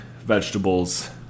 vegetables